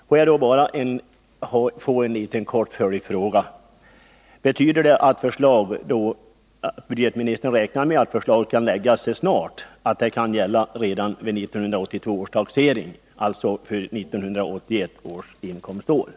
Låt mig i det sammanhanget ställa en kort följdfråga: Betyder det att budgetministern räknar med att förslag kan läggas fram så snart att de nya bestämmelserna kan gälla redan vid 1982 års taxering och alltså avse inkomståret 1981?